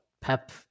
Pep